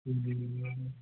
ਹਮ